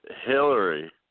Hillary